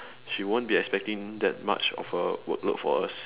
she won't be expecting that much of a workload for us